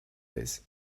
this